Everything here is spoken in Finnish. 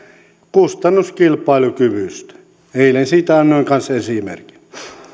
kustannuskilpailukyvystä eilen siitä annoin kanssa esimerkin